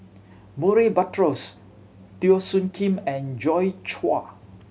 Murray Buttrose Teo Soon Kim and Joi Chua